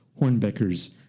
Hornbecker's